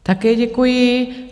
Také děkuji.